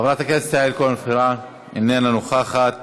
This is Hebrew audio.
חברת הכנסת יעל כהן-פארן, איננה נוכחת,